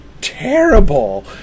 terrible